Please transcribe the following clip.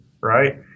right